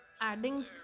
adding